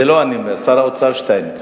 זה לא אני אומר, זה שר האוצר שטייניץ.